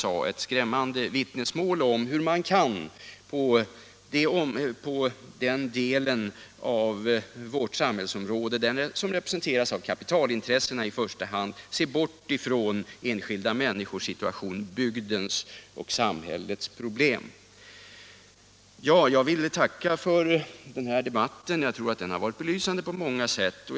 Det är skrämmande vittnesmål om hur man på den del av vårt samhällsområde som i första hand representeras av kapitalintressena kan se bort från enskilda människors situation samt bygdens och samhällets intressen. Jag vill tacka för denna debatt. Jag tror att den på många sätt har varit belysande.